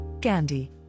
Gandhi